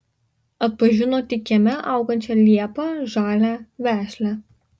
atpažino tik kieme augančią liepą žalią vešlią